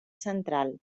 central